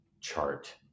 chart